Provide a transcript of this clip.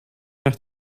nach